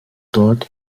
dort